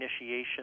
initiation